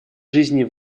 жизни